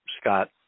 Scott